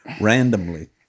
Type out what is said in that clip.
randomly